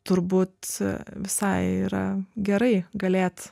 turbūt visai yra gerai galėt